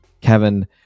kevin